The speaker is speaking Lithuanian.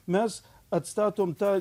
mes atstatom tą